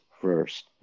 first